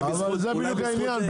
אבל זה בדיוק העניין.